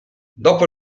dopo